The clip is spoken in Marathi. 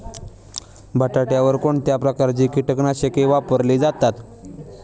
बटाट्यावर कोणत्या प्रकारची कीटकनाशके वापरली जातात?